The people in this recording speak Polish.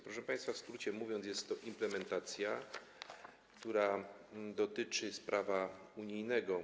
Proszę państwa, w skrócie mówiąc, jest to implementacja, która dotyczy prawa unijnego.